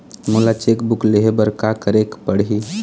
मोला cheque book लेहे बर का केरेक पढ़ही?